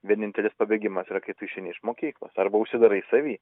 vienintelis pabėgimas yra kai tu išeini iš mokyklos arba užsidarai savy